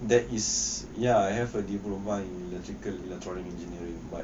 that is ya I have a diploma in electrical electronic engineering but